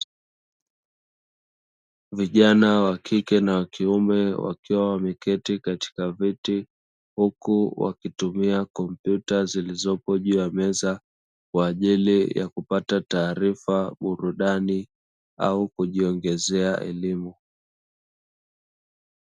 Vijana wa kike na wa kiume wakiwa wameketi katika viti huku wakitumia kompyuta zilizopo juu ya meza kwa ajili ya kupata taarifa, burudani au kujiongezea elimu.